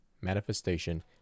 manifestation